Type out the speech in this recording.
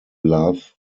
laugh